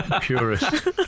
purist